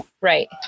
Right